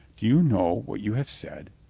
do you know what you have said?